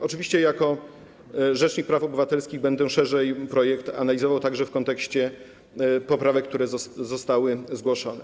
Oczywiście jako rzecznik praw obywatelskich będę szerzej projekt analizował także w kontekście poprawek, które zostały zgłoszone.